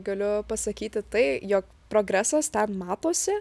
galiu pasakyti tai jog progresas ten matosi